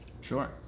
Sure